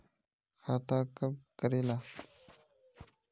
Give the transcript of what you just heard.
खाता कब करेला?